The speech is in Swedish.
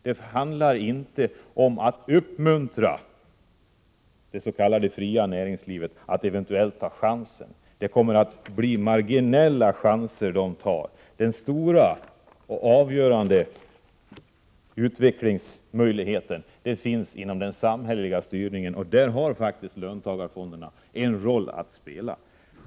Det handlar inte om att uppmuntra det s.k. fria näringslivet att eventuellt ta chanser. Det kommer att bli fråga om marginella chanser. Den stora och avgörande utvecklingsmöjligheten skapas genom samhällets styrning. Där har faktiskt löntagarfonderna en roll att spela.